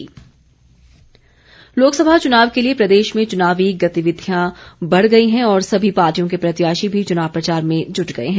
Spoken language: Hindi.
चुनाव प्रचार जयराम लोकसभा चुनाव के लिए प्रदेश में चुनावी गतिविधियां बढ़ गई हैं और सभी पार्टियों के प्रत्याशी भी चुनाव प्रचार में जुट गए हैं